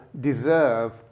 deserve